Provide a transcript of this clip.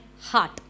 heart